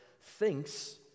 thinks